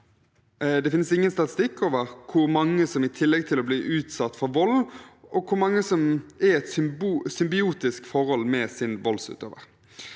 Det finnes ingen statistikk over hvor mange som i tillegg til å bli utsatt for vold, er i et symbiotisk forhold med sin voldsutøver.